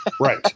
Right